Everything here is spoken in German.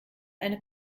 eine